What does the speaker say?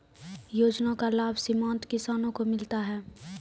योजना का लाभ सीमांत किसानों को मिलता हैं?